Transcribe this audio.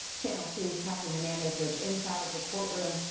channel two s cathy hernandez was inside of the courtroom.